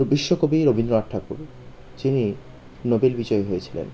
বিশ্বকবি রবীন্দ্রনাথ ঠাকুর যিনি নোবেল বিজয়ী হয়েছিলেন